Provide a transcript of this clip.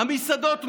המסעדות מלאות,